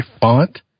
font